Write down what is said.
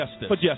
justice